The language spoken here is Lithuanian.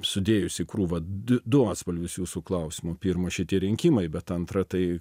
sudėjus į krūvą du du atspalvius jūsų klausimo pirma šitie rinkimai bet antra tai